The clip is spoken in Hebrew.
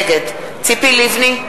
נגד ציפי לבני,